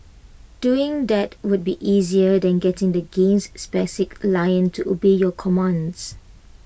doing that would be easier than getting the game's lion to obey your commands